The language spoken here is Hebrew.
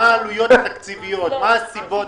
(הישיבה נפסקה בשעה 11:25 ונתחדשה בשעה 12:25.)